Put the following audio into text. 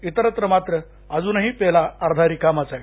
इतरत्र मात्र अजूनही पेला अर्धा रिकामाच आहे